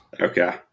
okay